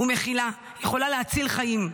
ומכילה יכולה להציל חיים.